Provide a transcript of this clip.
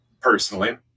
personally